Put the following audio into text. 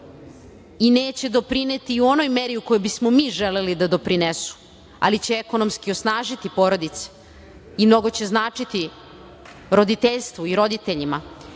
i neće doprineti u onoj meri u kojoj bismo mi želeli da doprinesu, ali će ekonomski osnažiti porodice i mnogo će značiti roditeljstvu i roditeljima.